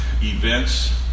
events